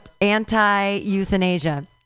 anti-euthanasia